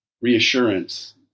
reassurance